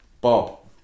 Bob